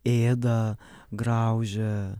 ėda graužia